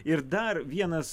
ir dar vienas